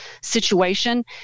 situation